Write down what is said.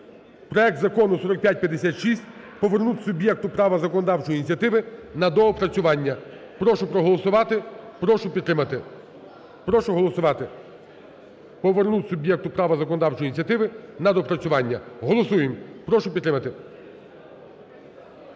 проект Закону 4556 повернути суб'єкту права законодавчої ініціативи на доопрацювання. Прошу проголосувати, прошу підтримати. Прошу голосувати. Повернути суб'єкту права законодавчої ініціативи на доопрацювання. Голосуємо, прошу підтримати.